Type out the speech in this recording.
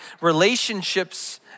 relationships